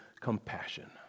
compassion